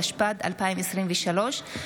התשפ"ד 2023,